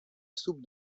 soupe